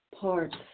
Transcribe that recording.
parts